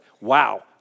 wow